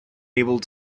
able